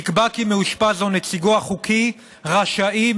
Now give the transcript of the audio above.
נקבע כי מאושפז או נציגו החוקי רשאים